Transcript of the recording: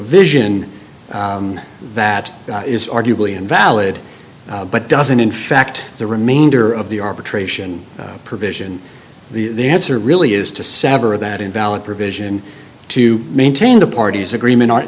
vision that is arguably invalid but doesn't in fact the remainder of the arbitration provision the answer really is to sever that invalid provision to maintain the parties agreement